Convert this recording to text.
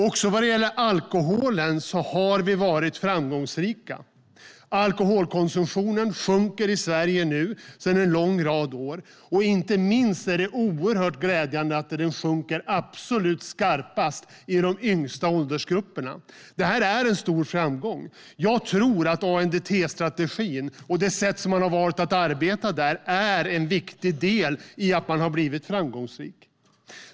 Också vad gäller alkoholen har vi varit framgångsrika. Alkoholkonsumtionen sjunker nu i Sverige sedan en lång rad år. Inte minst är det oerhört glädjande att den sjunker absolut skarpast i de yngsta åldersgrupperna. Det här är en stor framgång. Jag tror att ANDT-strategin och det sätt som man har valt att arbeta med den är en viktig del i att man har blivit framgångsrik.